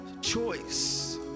choice